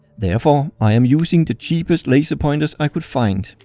therefore, i am using the cheapest laser pointers i could find.